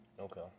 okay